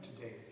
today